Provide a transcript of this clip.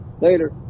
Later